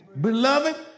beloved